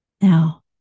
Now